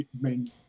main